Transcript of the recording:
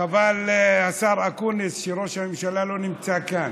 חבל, השר אקוניס, שראש הממשלה לא נמצא כאן.